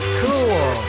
cool